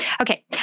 Okay